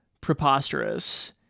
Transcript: preposterous